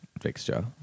fixture